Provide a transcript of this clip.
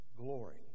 glory